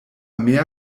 mehr